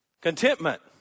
contentment